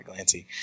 Glancy